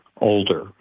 older